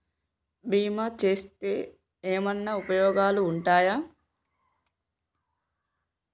బీమా చేస్తే ఏమన్నా ఉపయోగాలు ఉంటయా?